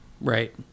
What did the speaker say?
Right